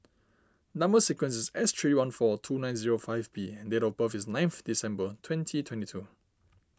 Number Sequence is S three one four two nine zero five B and date of birth is nine of December twenty twenty two